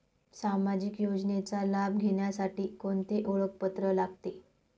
सामाजिक योजनेचा लाभ घेण्यासाठी कोणते ओळखपत्र लागते?